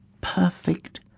perfect